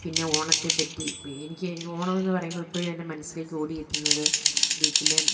പിന്നെ ഓണത്തെപറ്റി എനിക്ക് ഈ ഓണമെന്ന് പറയുമ്പോള് ഇപ്പോഴും എൻ്റെ മനസ്സിലേക്ക് ഓടിയെത്തുന്നത് വീട്ടിലെ